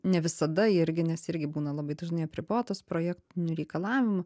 ne visada irgi nes irgi būna labai dažnai apribotos projektinių reikalavimų